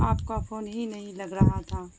آپ کا فون ہی نہیں لگ رہا تھا